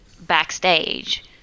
backstage